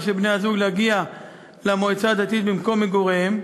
של בני-הזוג להגיע למועצה הדתית במקום מגוריהם,